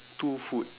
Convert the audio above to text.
two food